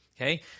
Okay